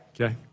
Okay